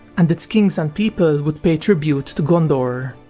and its kings and people would pay tribute to gondor.